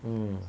mm